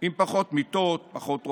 עם פחות מיטות, פחות רופאים,